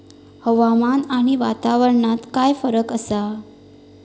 हवामान आणि वातावरणात काय फरक असा?